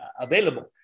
available